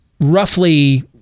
roughly